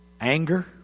anger